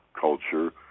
culture